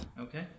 Okay